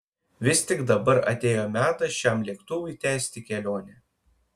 vis tik dabar atėjo metas šiam lėktuvui tęsti kelionę